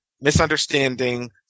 misunderstanding